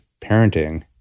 parenting